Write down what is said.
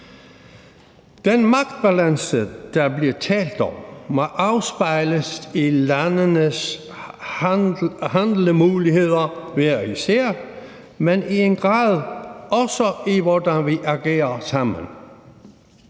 Den magtbalance, der bliver talt om, må afspejles i landenes handlemuligheder hver især, men også til en vis grad i, hvordan vi agerer sammen.